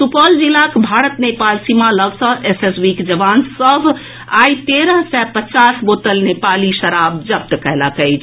सुपौल जिलाक भारत नेपाल सीमा लऽग सँ एसएसबी के जवान सभ आइ तेरह सय पचास बोतल नेपाली शराब जब्त कयलनि अछि